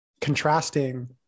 contrasting